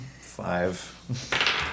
Five